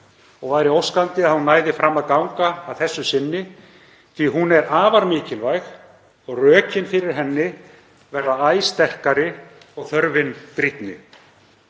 og væri óskandi að hún næði fram að ganga að þessu sinni því hún er afar mikilvæg og rökin fyrir henni verða æ sterkari og þörfin brýnni.